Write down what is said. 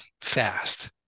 fast